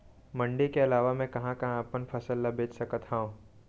मण्डी के अलावा मैं कहाँ कहाँ अपन फसल ला बेच सकत हँव?